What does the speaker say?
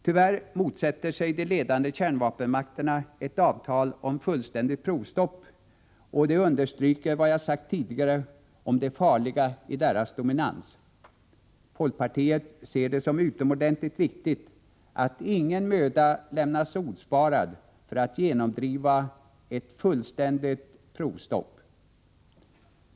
Tyvärr motsätter sig de ledande kärnvapenmakterna ett avtal om fullständigt provstopp, och det understryker vad jag tidigare sagt om det farliga i deras dominans. Folkpartiet ser det som utomordentligt viktigt att ingen möda lämnas ospard för att genomdriva ett fullständigt provstopp.